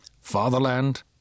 fatherland